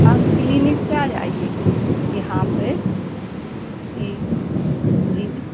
आप क्लिनिक पर आइये यहाँ पे जी जी